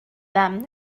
them